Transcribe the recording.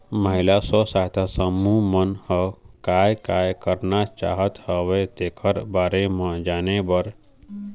महिला स्व सहायता समूह मन ह काय काय करना चाहत हवय तेखर बारे म जाने बर